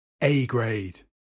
A-grade